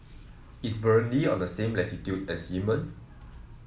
is Burundi on the same latitude as Yemen